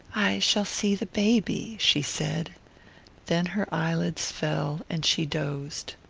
i shall see the baby, she said then her eyelids fell and she dozed.